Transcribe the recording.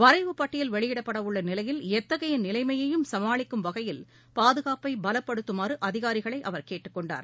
வரைவு பட்டியல் வெளியிடப்படவுள்ள நிலையில் எத்தகைய நிலைமையையும் சமாளிக்கும் வகையில் பாதுகாப்பை பலப்படுத்துமாறு அதிகாரிகளை அவர் கேட்டுக்கொண்டார்